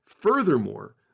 Furthermore